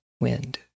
wind